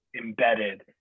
embedded